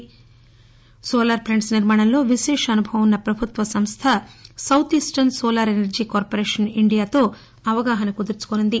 ఈ మేరకు solar plants నిర్మాణంలో విశేష అనుభవం ఉన్న పభుత్వ సంస్ట south eastern solar energy corporation India తో అవగాహన కుదుర్చుకోనుంది